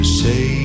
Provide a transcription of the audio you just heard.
say